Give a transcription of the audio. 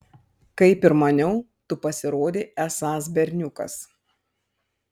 kaip ir maniau tu pasirodei esąs berniukas